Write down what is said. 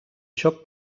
xoc